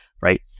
right